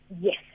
Yes